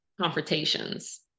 confrontations